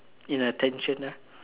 in attention right